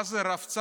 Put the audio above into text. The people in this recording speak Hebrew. מה זה רבצ"ר,